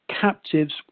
captives